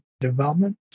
development